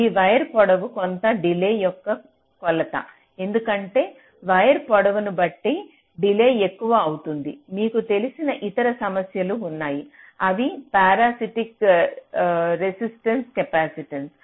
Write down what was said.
ఈ వైర్ పొడవు కూడా కొంత డిలే యొక్క కొలత ఎందుకంటే వైర్ పొడవు ను బట్టి డిలే ఎక్కువ అవుతుంది మీకు తెలిసిన ఇతర సమస్యలు ఉన్నాయి అవి పారాసిటిక్ రెసిస్టెన్స్ కెపాసిటివ్